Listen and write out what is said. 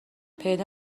پیدا